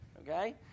okay